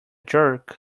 jerk